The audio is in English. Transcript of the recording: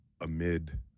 amid